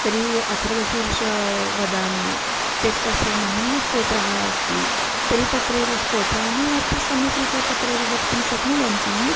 तर्हि अथर्वशीर्ष वदामि चेत् तस्य महिम्नस्तोत्रः अस्ति तर्हि तत्रेव स्तोत्रानि अपि सम्यक्रीत्या तत्रैव वक्तुं शक्नुवन्ति